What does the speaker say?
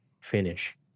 finish